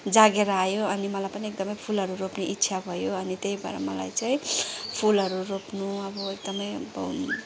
जागेर आयो अनि मलाई पनि एकदमै फुलहरू रोप्ने इच्छा भयो अनि त्यही भएर मलाई चाहिँ फुलहरू रोप्नु अब एकदमै अब